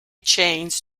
chains